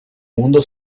mundo